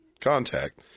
contact